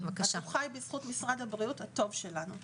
הוא חי בזכות משרד הבריאות הטוב שלנו.